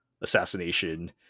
assassination